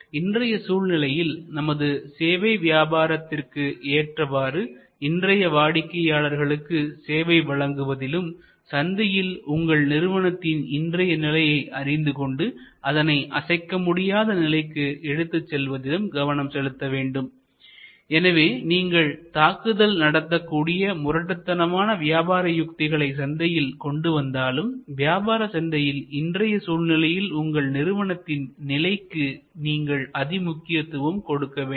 இன்றைய சூழ்நிலையில் நமது சேவை வியாபாரத்திற்கு ஏற்றவாறு இன்றைய வாடிக்கையாளர்களுக்கு சேவை வழங்குவதிலும் சந்தையில் உங்கள் நிறுவனத்தின் இன்றைய நிலையை அறிந்து கொண்டு அதனை அசைக்கமுடியாத நிலைக்கு எடுத்துச் செல்வதிலும் கவனம் செலுத்த வேண்டும் எனவே நீங்கள் தாக்குதல் நடத்தக்கூடிய முரட்டுத்தனமான வியாபார யுக்திகளை சந்தையில் கொண்டுவந்தாலும் வியாபார சந்தையில் இன்றைய சூழ்நிலையில் உங்கள் நிறுவனத்தின் நிலைக்கு நீங்கள் அதிமுக்கியத்துவம் கொடுத்தாக வேண்டும்